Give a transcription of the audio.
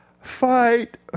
Fight